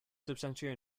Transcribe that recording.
substantia